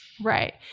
Right